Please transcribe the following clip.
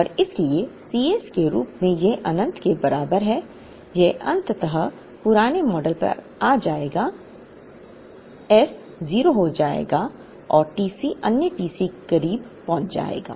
और इसलिए Cs के रूप में यह अनंत के बराबर है यह अंततः पुराने मॉडल पर आ जाएगा s 0 हो जाएगा और TC अन्य TC के करीब पहुंच जाएगा